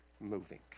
moving